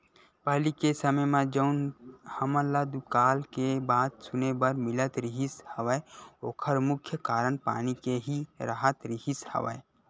पहिली के समे म जउन हमन ल दुकाल के बात सुने बर मिलत रिहिस हवय ओखर मुख्य कारन पानी के ही राहत रिहिस हवय